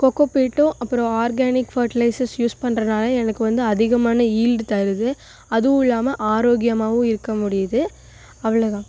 கொக்கோ பிட்டும் அப்புறோம் organic fertilizers use பண்ணுறனால எனக்கு வந்து அதிகமான ஈல்டு தருது அதுவும் இல்லாம ஆரோக்கியமாகவும் இருக்க முடியிது அவ்வளோ தான்